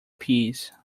peas